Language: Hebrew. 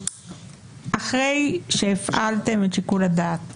אחרי שהפעלתם את שיקול הדעת